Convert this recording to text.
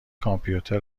کامپیوتر